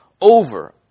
over